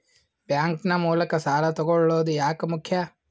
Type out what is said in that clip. Bank ನ ಮೂಲಕ ಸಾಲ ತಗೊಳ್ಳೋದು ಯಾಕ ಮುಖ್ಯ?